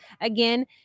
Again